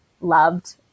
loved